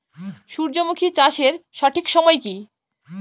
সূর্যমুখী চাষের সঠিক সময় কি?